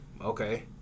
okay